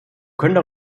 können